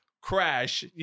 crash